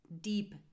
deep